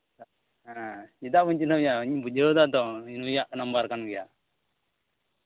ᱦᱮᱸ ᱪᱮᱫᱟᱜ ᱵᱟᱹᱧ ᱪᱤᱱᱦᱟᱹᱯ ᱢᱮᱭᱟ ᱤᱧ ᱵᱩᱡᱷᱟᱹᱣ ᱮᱫᱟ ᱛᱚ ᱱᱩᱭᱟᱜ ᱱᱟᱢᱵᱟᱨ ᱠᱟᱱ ᱜᱮᱭᱟ